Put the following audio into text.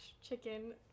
chicken